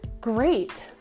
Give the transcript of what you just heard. great